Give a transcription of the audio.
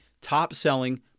top-selling